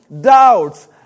doubts